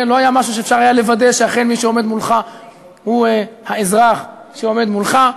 לא היה משהו שאפשר לוודא שאכן מי שעומד מולך הוא האזרח שעומד מולך.